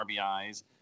RBIs